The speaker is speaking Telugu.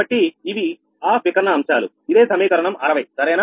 కాబట్టి ఇవి ఆఫ్ వికర్ణ అంశాలు ఇదే సమీకరణం 60 సరేనా